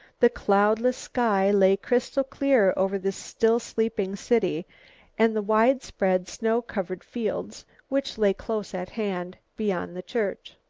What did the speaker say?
the cloudless sky lay crystal clear over the still sleeping city and the wide spread snow-covered fields which lay close at hand, beyond the church.